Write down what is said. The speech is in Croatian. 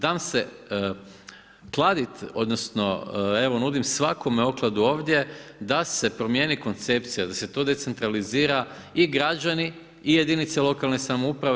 Dam se kladit, odnosno evo nudim svakome okladu ovdje da se promijeni koncepcija, da se to decentralizira i građani i jedinice lokalne samouprave.